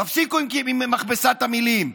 תפסיקו עם מכבסת המילים.